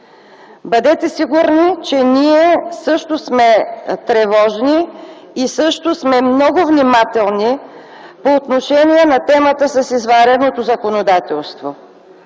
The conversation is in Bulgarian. Бъдете сигурни, че ние също сме тревожни и също сме много внимателни по отношение на темата с извънредното законодателство,